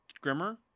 grimmer